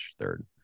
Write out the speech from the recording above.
third